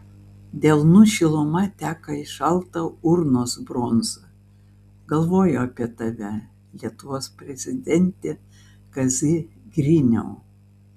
delnų šiluma teka į šaltą urnos bronzą galvoju apie tave lietuvos prezidente kazy griniau